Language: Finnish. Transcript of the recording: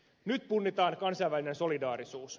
nyt punnitaan kansainvälinen solidaarisuus